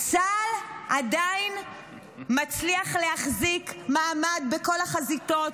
צה"ל עדיין מצליח להחזיק מעמד בכל החזיתות,